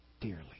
dearly